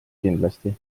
kindlasti